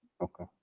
Okay